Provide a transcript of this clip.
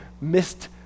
missed